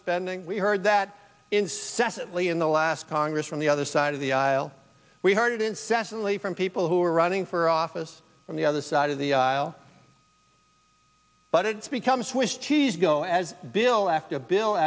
spending we heard that incessantly in the last congress from the other side of the aisle we heard it incessantly from people who are running for office on the other side of the aisle but it's become swiss cheese go as bill after bill